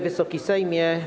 Wysoki Sejmie!